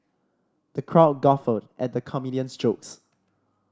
the crowd guffawed at the comedian's jokes